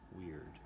weird